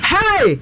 Hey